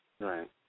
Right